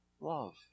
love